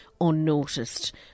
unnoticed